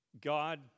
God